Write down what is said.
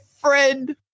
friend